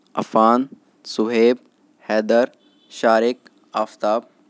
Affan Suhaib Haider Shariq Aftab